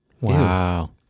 Wow